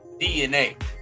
DNA